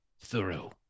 thorough